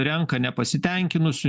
renka nepasitenkinusių